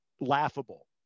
laughable